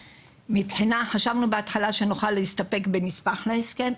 חשבנו בהתחלה שנוכל להסתפק בנספח להסכם,